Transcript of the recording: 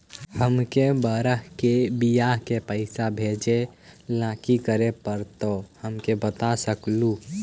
हमार के बह्र के बियाह के पैसा भेजे ला की करे परो हकाई बता सकलुहा?